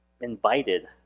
invited